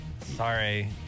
Sorry